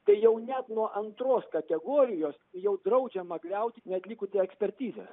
tai jau net nuo antros kategorijos jau draudžiama griauti neatlikus ekspertizės